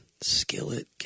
Skillet